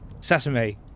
sesame